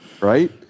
Right